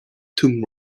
tomb